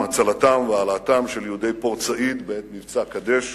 הצלתם והעלאתם של יהודי פורט-סעיד בעת מבצע "קדש",